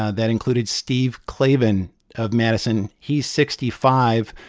ah that included steve klaven of madison. he's sixty five,